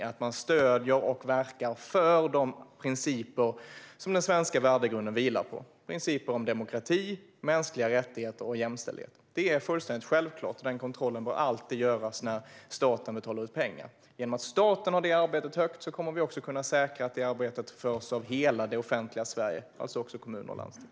Detta gjordes efter gott samarbete med de partier som slöt den breda överenskommelsen om hur vi bekämpar och förebygger olika former av extremism och terrorism. En sådan kontroll är fullständigt självklar och bör alltid göras när staten betalar ut pengar. Genom att staten håller detta arbete högt kommer vi också att kunna säkra att arbetet görs av hela det offentliga Sverige, alltså också kommuner och landsting.